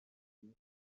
بود